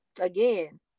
Again